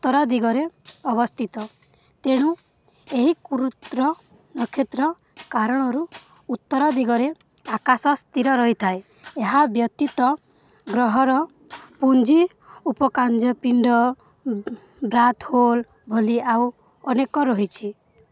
ଉତ୍ତର ଦିଗରେ ଅବସ୍ଥିତ ତେଣୁ ଏହି କ୍ରତୁ ନକ୍ଷତ୍ର କାରଣରୁ ଉତ୍ତର ଦିଗରେ ଆକାଶ ସ୍ଥିର ରହିଥାଏ ଏହା ବ୍ୟତୀତ ଗ୍ରହର ପୁଞ୍ଜି ବୋଲି ଆଉ ଅନେକ ରହିଛି